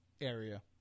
area